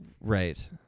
Right